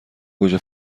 گوجه